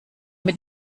mit